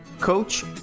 coach